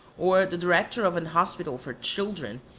or the director of an hospital for children,